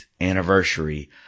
anniversary